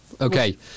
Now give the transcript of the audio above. Okay